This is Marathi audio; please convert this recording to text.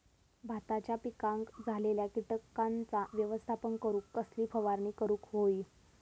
भाताच्या पिकांक झालेल्या किटकांचा व्यवस्थापन करूक कसली फवारणी करूक होई?